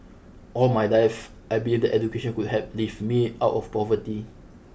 all my life I believed that education could help lift me out of poverty